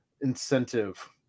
incentive